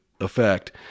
effect